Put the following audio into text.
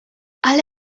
ale